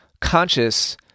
conscious